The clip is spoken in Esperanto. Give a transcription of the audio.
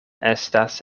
estas